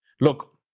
Look